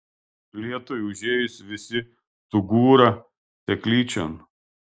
lietui užėjus visi sugūra seklyčion